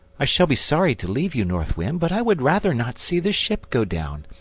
i shall be sorry to leave you, north wind, but i would rather not see the ship go down.